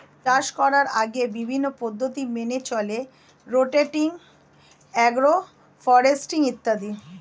চাষ করার আগে বিভিন্ন পদ্ধতি মেনে চলে রোটেটিং, অ্যাগ্রো ফরেস্ট্রি ইত্যাদি